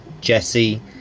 Jesse